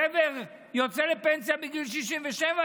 גבר יוצא לפנסיה בגיל 67,